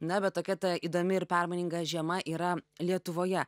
na bet tokia ta įdomi ir permaininga žiema yra lietuvoje